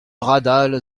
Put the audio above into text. radal